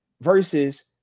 versus